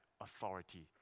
authority